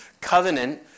Covenant